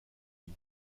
lui